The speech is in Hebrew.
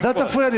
אז אל תפריע לי.